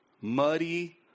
muddy